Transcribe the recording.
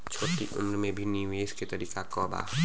छोटी उम्र में भी निवेश के तरीका क बा?